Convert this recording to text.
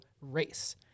race